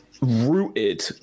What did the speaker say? rooted